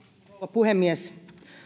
puhemies